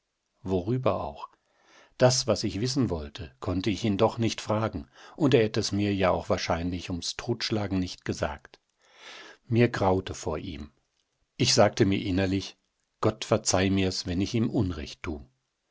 worüber auch das was ich wissen wollte konnte ich ihn doch nicht fragen und er hätte es mir ja auch wahrscheinlich ums totschlagen nicht gesagt mir graute vor ihm ich sagte mir innerlich gott verzeih mir's wenn ich ihm unrecht tu